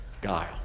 guile